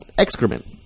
Excrement